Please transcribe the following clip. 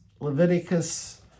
Leviticus